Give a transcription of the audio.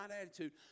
attitude